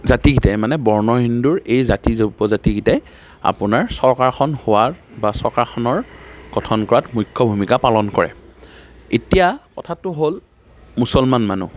জাতিকেইটাই মানে বৰ্ণ হিন্দুৰ এই জাতি যে উপজাতি কেইটাই আপোনাৰ চৰকাৰখন হোৱাত বা চৰকাৰখনৰ গঠন কৰাত মুখ্য ভূমিকা পালন কৰে এতিয়া কথাটো হ'ল মুছলমান মানুহ